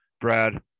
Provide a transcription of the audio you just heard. Brad